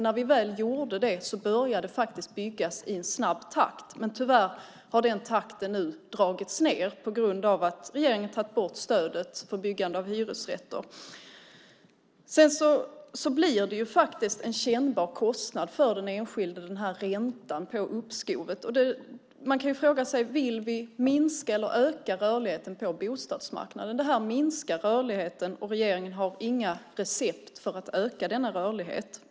När vi väl gjorde det började det byggas i snabb takt, men tyvärr har den takten nu dragits ned på grund av att regeringen har tagit bort stödet för byggande av hyresrätter. Räntan på uppskovet blir en kännbar kostnad för den enskilde. Man kan fråga sig om vi vill minska eller öka rörligheten på bostadsmarknaden. Det här minskar rörligheten, och regeringen har inga recept för att öka denna rörlighet.